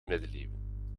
middeleeuwen